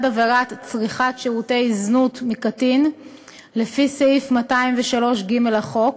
עבירת צריכת שירותי זנות מקטין לפי סעיף 203ג לחוק